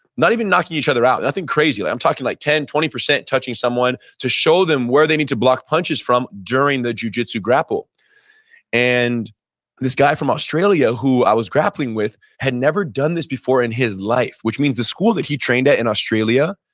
not even knocking each other out, nothing crazy, i'm talking like ten, twenty percent touching someone to show them where they need to block punches from during the jujitsu grapple and this guy from australia who i was grappling with had never done this before in his life, which means the school that he trained at in australia,